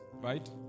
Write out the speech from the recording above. right